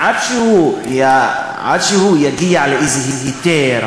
עד שהוא יגיע לאיזה היתר,